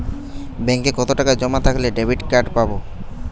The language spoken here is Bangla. ব্যাঙ্কে কতটাকা জমা থাকলে ডেবিটকার্ড পাব?